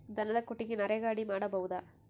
ದನದ ಕೊಟ್ಟಿಗಿ ನರೆಗಾ ಅಡಿ ಮಾಡಬಹುದಾ?